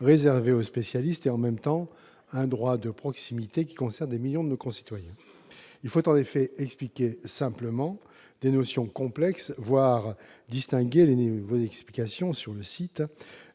réservé aux spécialistes, et, en même temps, un droit de proximité qui concerne des millions de nos concitoyens. Il faut en effet expliquer simplement des notions complexes, voire distinguer les niveaux d'explication sur le site.